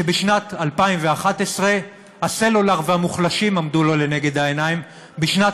שבשנת 2011 הסלולר והמוחלשים עמדו לנגד עיניו ובשנת